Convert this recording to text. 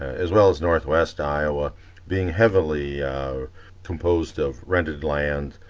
as well as northwest iowa being heavily composed of rented land.